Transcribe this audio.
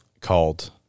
called